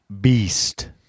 Beast